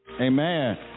Amen